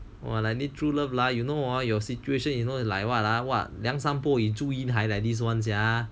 !wah! like this true love lah you know hor your situation you know like what lah what 梁山伯与祝英台 like this [one] sia